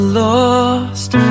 lost